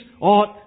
ought